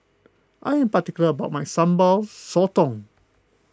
I am particular about my Sambal Sotong